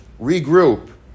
regroup